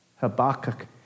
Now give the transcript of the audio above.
Habakkuk